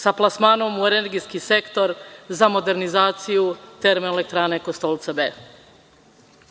sa plasmanom u energetski sektor za modernizaciju „Termoelektrane Kostolca